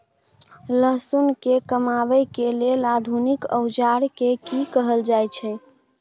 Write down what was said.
लहसुन के कमाबै के लेल आधुनिक औजार के कि कहल जाय छै?